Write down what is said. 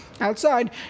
outside